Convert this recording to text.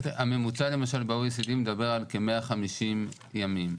הממוצע ב-OECD למשל מדבר על כ-150 ימים.